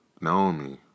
Naomi